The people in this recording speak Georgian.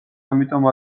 ამიტომ